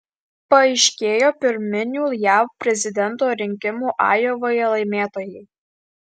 paaiškėjo pirminių jav prezidento rinkimų ajovoje laimėtojai